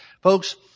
Folks